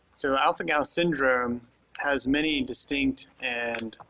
so alpha-gal syndrome has many distinct and